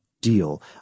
Deal